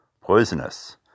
Poisonous